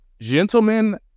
Gentlemen